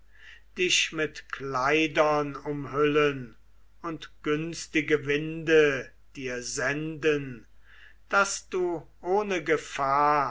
dich mit kleidern umhüllen und günstige winde dir senden daß du ohne gefahr